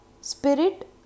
spirit